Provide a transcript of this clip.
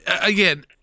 again